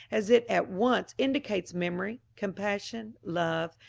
as it at once indicates memory, compassion, love,